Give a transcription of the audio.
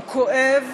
הוא כואב